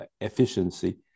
efficiency